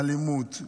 אלימות,